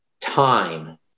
time